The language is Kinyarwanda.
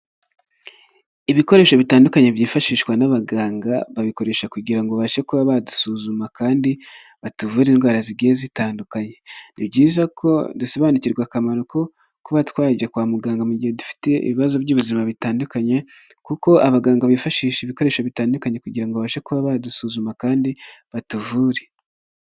Ibikoresho bitandukanye byifashishwa n'abaganga, babikoresha kugirango bashe kuba badusuzuma kandi batuvure indwara zigiye zitandukanye. Ni byiza ko dusobanukirwa akamaro ko kuba twajya kwa muganga mu gihe dufite ibibazo by'ubuzima bitandukanye, kuko abaganga bifashisha ibikoresho bitandukanye kugira ngo babashe kuba badusuzuma kandi batuvure.